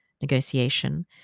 negotiation